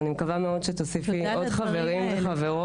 ואני מקווה מאוד שתוסיפי עוד חברים וחברות.